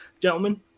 Gentlemen